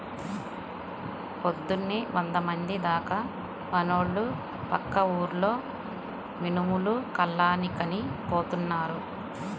పొద్దున్నే వందమంది దాకా పనోళ్ళు పక్క ఊర్లో మినుములు కల్లానికని పోతున్నారు